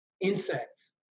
insects